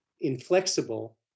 inflexible